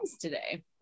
today